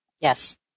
Yes